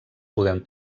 podem